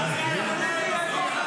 מר הפקרה.